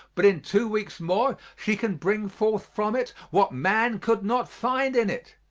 but in two weeks more she can bring forth from it what man could not find in it.